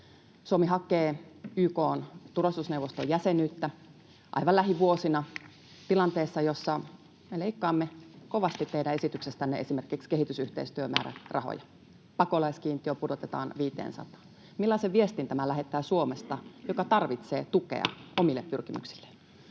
Suomi hakee YK:n turvallisuusneuvoston jäsenyyttä aivan lähivuosina tilanteessa, jossa me teidän esityksestänne leikkaamme kovasti esimerkiksi kehitysyhteistyömäärärahoja. Pakolaiskiintiö pudotetaan viiteensataan. Millaisen viestin tämä lähettää Suomesta, joka tarvitsee tukea omille pyrkimyksilleen?